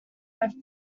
life